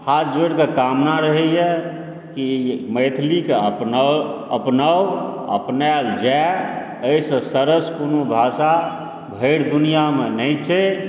हाथ जोड़िकऽ कामना रहैए कि मैथिलीके अपनाउ अपनाउ अपनायल जाइ एहिसँ सरस कोनो भाषा भरि दुनिआँमे नहि छै